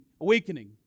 awakening